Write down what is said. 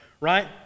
Right